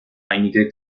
einige